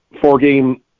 four-game